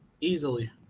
Easily